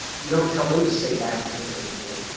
you don't tell them to stay back because they're poor.